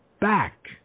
back